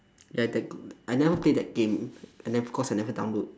ya that good I never play that game I never cause I never download